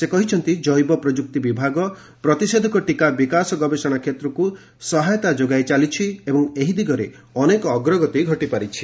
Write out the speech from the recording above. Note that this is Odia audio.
ସେ କହିଛନ୍ତି ଜୈବ ପ୍ରଯୁକ୍ତି ବିଭାଗ ପ୍ରତିଷେଧକ ଟିକା ବିକାଶ ଗବେଷଣା କ୍ଷେତ୍ରକୁ ସହାୟତା ଯୋଗାଇ ଚାଲିଛି ଏବଂ ଏହି ଦିଗରେ ଅନେକ ଅଗ୍ରଗତି ଘଟିପାରିଛି